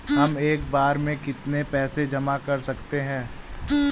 हम एक बार में कितनी पैसे जमा कर सकते हैं?